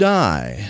die